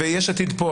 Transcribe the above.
ויש עתיד פה.